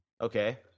Okay